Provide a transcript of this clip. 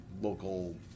local